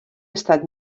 estat